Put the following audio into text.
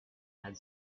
had